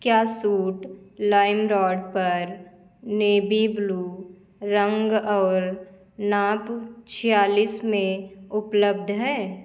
क्या suit Limeroad पर navy blue रंग और नाप छियालिस में उपलब्ध है